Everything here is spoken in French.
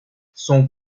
son